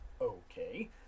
Okay